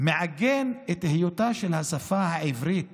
מעגן את היותה של השפה העברית